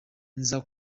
nza